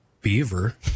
beaver